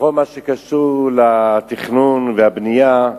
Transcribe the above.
בכל מה שקשור לתכנון והבנייה.